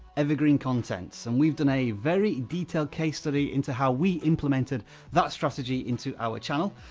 evergreen content, and we've done a very detailed case study into how we implemented that strategy into our channel.